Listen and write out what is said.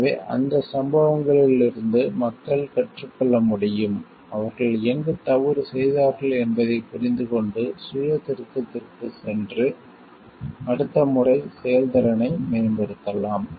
எனவே அந்த சம்பவங்களிலிருந்து மக்கள் கற்றுக் கொள்ள முடியும் அவர்கள் எங்கு தவறு செய்தார்கள் என்பதைப் புரிந்துகொண்டு சுய திருத்தத்திற்குச் சென்று அடுத்த முறை செயல்திறனை மேம்படுத்தலாம்